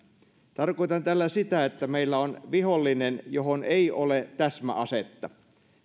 tarkoitan tällä sitä että meillä on vihollinen johon ei ole täsmäasetta